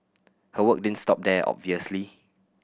her work didn't stop there obviously